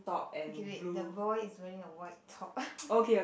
okay wait the boy is wearing a white top